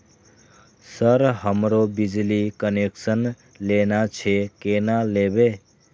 Sir हमरो बिजली connection लेना छे केना लेबे?